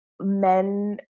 men